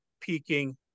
peaking